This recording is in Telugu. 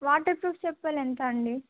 వాటర్ ప్రూఫ్ చెప్పాల్ ఎంత అండి